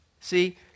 See